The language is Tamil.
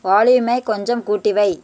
வால்யூமை கொஞ்சம் கூட்டி வை